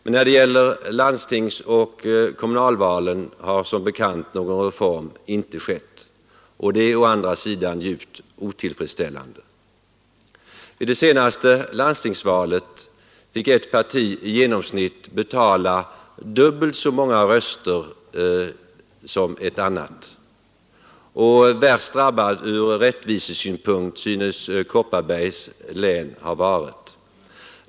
Men när det gäller landstingsoch kommunalvalen har som bekant någon reform inte skett, och det är å andra sidan djupt otillfredsställande. I det senaste landstingsvalet fick ett parti i genomsnitt betala dubbelt så många röster som ett annat. Värst drabbat ur rättvisesynpunkt synes Kopparbergs län ha varit.